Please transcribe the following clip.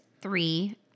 Three